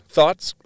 Thoughts